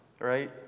right